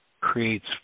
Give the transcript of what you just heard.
Creates